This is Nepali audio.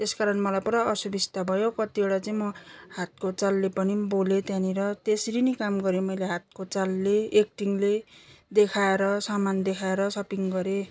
त्यसकारण मलाई पुरा असुविस्ता भयो कत्तिवटा चाहिँ म हातको चालले पनि बोलेँ त्यहाँनिर त्यसरी नै काम गरेँ मैले हातको चालले एक्टिङले देखाएर समान देखाएर सपिङ गरेँ